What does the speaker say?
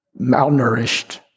malnourished